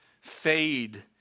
fade